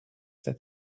that